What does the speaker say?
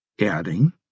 adding